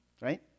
right